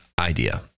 idea